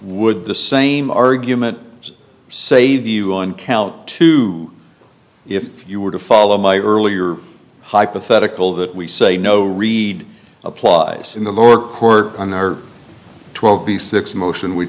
would the same argument save you on count two if you were to follow my earlier hypothetical that we say no read applies in the lower court in our twelve b six motion we